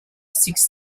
six